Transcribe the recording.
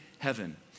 heaven